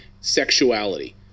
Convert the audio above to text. sexuality